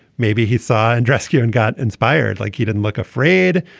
maybe he saw and rescue and got inspired. like he didn't look afraid.